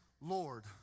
Lord